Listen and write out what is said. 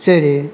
சரி